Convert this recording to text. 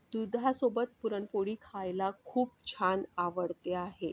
दुधासोबत पुरणपोळी खायला खूप छान आवडते आहे